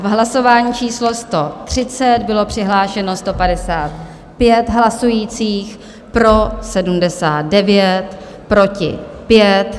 Hlasování číslo 130, bylo přihlášeno 155 hlasujících, pro 79, proti 5.